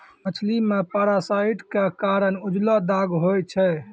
मछली मे पारासाइट क कारण उजलो दाग होय छै